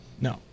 No